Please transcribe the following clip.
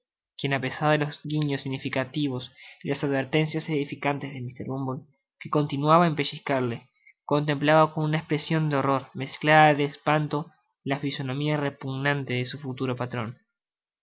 quien apesar de los guiños significativos y las advertencias edificantes de mr bumble que continuaba en pellizcarle contemplaba con una espresion de horror mezclada de espanto la fisonomia repugnante de su futuro patron esta